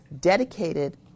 dedicated